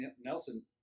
Nelson